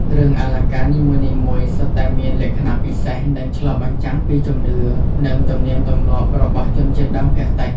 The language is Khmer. គ្រឿងអលង្ការនីមួយៗសុទ្ធតែមានលក្ខណៈពិសេស និងឆ្លុះបញ្ចាំងពីជំនឿ និងទំនៀមទម្លាប់របស់ជនជាតិដើមភាគតិច។